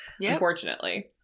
Unfortunately